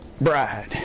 bride